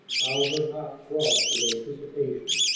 how her heart throbbed with anticipation!